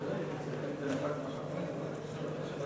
האחת היא של חבר הכנסת חנא סוייד והשנייה של חברת הכנסת יפעת קריב,